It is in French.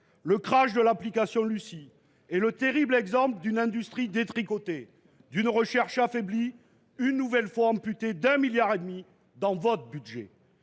Le crash de l’application Lucie est le terrible exemple d’une industrie détricotée et d’une recherche affaiblie, une nouvelle fois amputée, dans votre budget,